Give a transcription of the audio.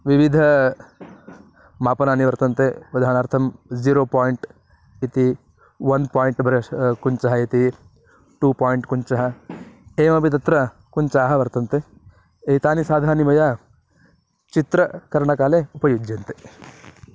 विविध मापनानि वर्तन्ते उदाहरणार्थं ज़ीरो पाय्ण्ट् इति वन् पाय्ण्ट् ब्रष् कुञ्चः इति टु पाय्ण्ट् कुञ्चः एवमपि तत्र कुञ्चाः वर्तन्ते एतानि साधनानि मया चित्रकरणकाले उपयुज्यन्ते